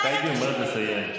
טייבי אומרת לסיים.